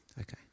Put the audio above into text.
okay